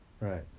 Right